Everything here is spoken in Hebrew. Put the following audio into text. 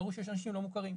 ברור שיש אנשים לא מוכרים.